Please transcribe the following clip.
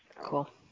Cool